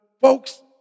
folks